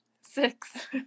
six